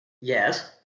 yes